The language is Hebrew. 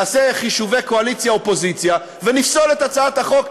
נעשה חישובי קואליציה אופוזיציה ונפסול את הצעת החוק,